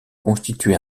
constituait